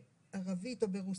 בערבית או ברוסית,